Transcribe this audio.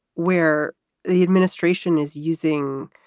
where the administration is using